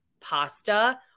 pasta